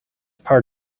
part